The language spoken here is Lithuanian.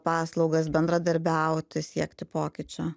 paslaugas bendradarbiauti siekti pokyčio